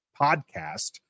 podcast